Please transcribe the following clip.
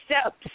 steps